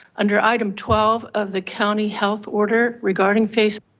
under item twelve of the county health order, regarding face.